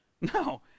No